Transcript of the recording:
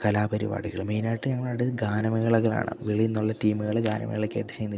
കലാപരിപാടികൾ മെയിനായിട്ട് ഞങ്ങളാണ് ഗാനമേളകളാണ് വെളിയിൽ നിന്നുള്ള റ്റീമുകൽ ഗാനമേളയ്ക്കായിട്ട് ക്ഷണിച്ച്